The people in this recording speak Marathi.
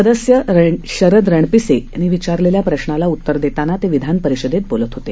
सदस्य शरद रणपिसे यांनी विचारलेल्या प्रश्नाला उत्तर देताना ते विधान परिषदेत बोलत होते